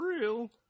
real